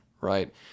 right